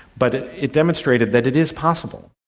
but it it demonstrated that it is possible.